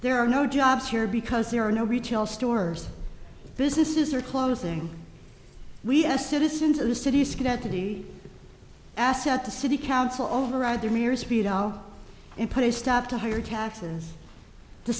there are no jobs here because there are no retail stores businesses are closing we as citizens of the city schenectady asset the city council override their mirrors and put a stop to higher taxes the